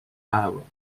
barrow